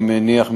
אני מניח,